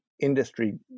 industry